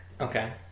Okay